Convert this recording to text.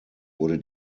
wurde